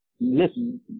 Listen